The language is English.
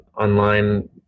online